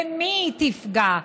במי היא תפגע?